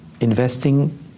investing